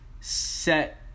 set